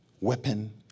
weapon